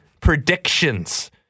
predictions